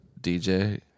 DJ